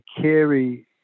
carry